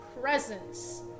presence